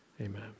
Amen